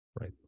Right